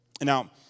Now